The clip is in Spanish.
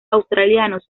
australianos